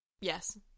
Yes